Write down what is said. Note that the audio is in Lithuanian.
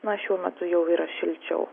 na šiuo metu jau yra šilčiau